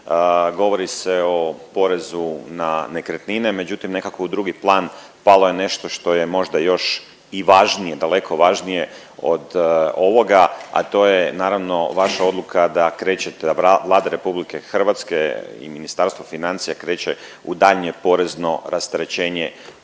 govori se o porezu na nekretnine, međutim nekako u drugi plan palo je nešto što je možda još i važnije, daleko važnije od ovoga a to je naravno vaša odluka da krećete, da Vlada RH i Ministarstvo financija kreće u daljnje porezno rasterećenje